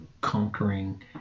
conquering